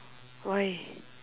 why